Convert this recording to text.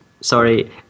sorry